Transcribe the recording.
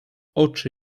oczy